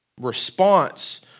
response